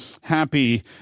happy